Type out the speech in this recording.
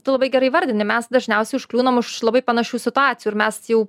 tu labai gerai įvardini mes dažniausiai užkliūnam už labai panašių situacijų ir mes jau